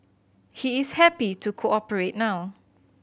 he is happy to cooperate now